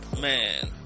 Man